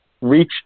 reach